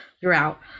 throughout